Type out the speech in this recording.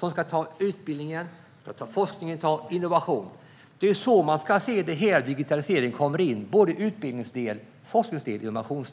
Det handlar om utbildningen, forskningen och innovation. Det är så man ska se det hela. Digitaliseringen kommer in i delarna utbildning, forskning och innovation.